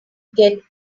get